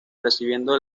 recibiendo